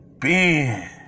Ben